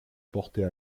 porter